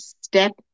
step